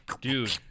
dude